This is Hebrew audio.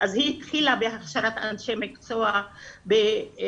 אז היא התחילה בהכשרת אנשי מקצוע בשל